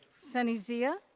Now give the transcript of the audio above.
sunny zia?